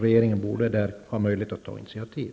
Regeringen borde ha möjlighet att ta initiativ.